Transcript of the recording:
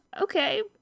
Okay